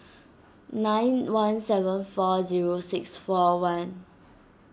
nine one seven four zero six four one